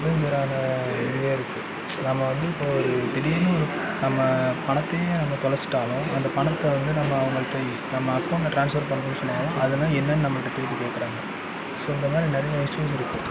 அட்வென்ஜராக இருக்குது நம்ம வந்து இப்போது ஒரு திடீர்னு ஒரு நம்ம பணத்தையும் நம்ம தொலைச்சிட்டாலும் அந்த பணத்தை வந்து நம்ம அவங்கள்ட நம்ம அகௌண்ட்டில் ட்ரான்ஸ்ஃபர் பண்றேன்னு சொன்னாலும் அதுனால் என்னன்னு நம்மகிட்ட திருப்பி கேட்குறாங்க ஸோ இந்தமாதிரி நிறையா இஷ்யூஸ் இருக்குது